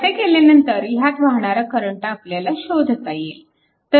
असे केल्यानंतर ह्यात वाहणारा करंट आपल्याला शोधता येईल